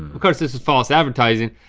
of course this is false advertising.